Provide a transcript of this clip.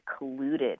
colluded